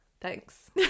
Thanks